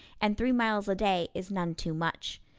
and three miles a day is none too much.